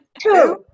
Two